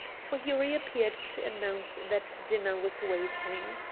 for he reappeared to announce that dinner was waiting.